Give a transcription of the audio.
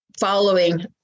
following